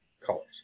colors